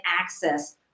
access